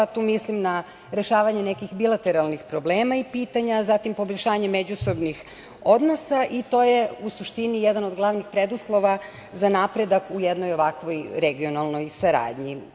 Tu mislim na rešavanje nekih bilateralnih problema i pitanja, zatim, poboljšanje međusobnih odnosa i to je u suštini jedan od glavnih preduslova za napredak u jednoj ovakvoj regionalnoj saradnji.